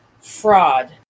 fraud